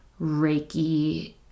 Reiki